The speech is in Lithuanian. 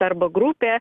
arba grupė